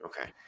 Okay